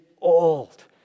old